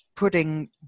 Putting